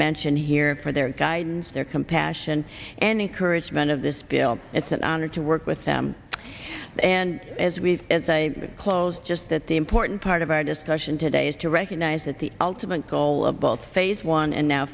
mention here for their guidance their compassion and encouragement of this bill it's an honor to work with them and as we've as i close just that the important part of our discussion today is to recognize that the ultimate goal of both phase one and now